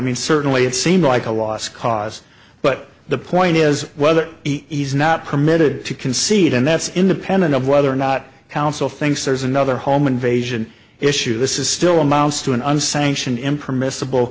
mean certainly it seems like a lost cause but the point is whether he's not committed to concede and that's independent of whether or not counsel thinks there's another home invasion issue this is still amounts to an unsanctioned impermissible